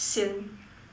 sian